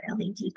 LED